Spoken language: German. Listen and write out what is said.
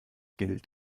gilt